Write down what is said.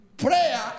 Prayer